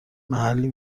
محلی